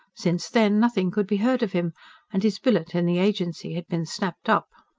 since then, nothing could be heard of him and his billet in the agency had been snapped up.